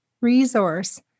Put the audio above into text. resource